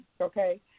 okay